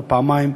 לא פעמיים,